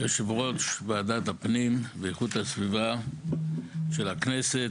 יושב ראש ועדת הפנים ואיכות הסביבה של הכנסת,